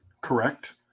Correct